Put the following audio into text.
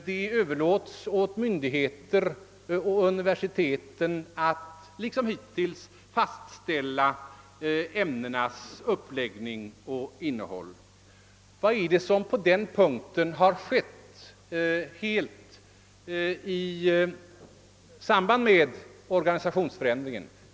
Det överlåts åt myndigheter och universitet att liksom hittills fastställa ämnenas uppläggning och innehåll. Vad är det som i detta avseende skett i samband med organisationsförändringen?